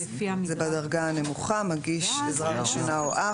כול אלה הם בדרגה הנמוכה מגיש עזרה ראשונה או אח.